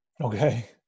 Okay